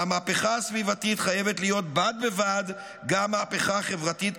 והמהפכה הסביבתית חייבת להיות בד בבד גם מהפכה חברתית,